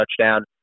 touchdown